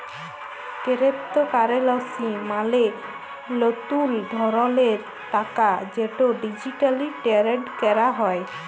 কেরেপ্তকারেলসি মালে লতুল ধরলের টাকা যেট ডিজিটালি টেরেড ক্যরা হ্যয়